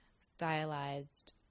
stylized